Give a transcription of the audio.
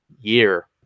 year